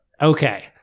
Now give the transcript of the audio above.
Okay